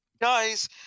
Guys